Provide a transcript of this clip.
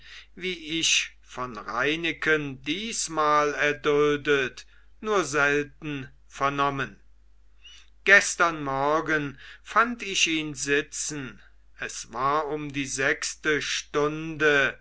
wie ich von reineken diesmal erduldet nur selten vernommen gestern morgen fand ich ihn sitzen es war um die sechste stunde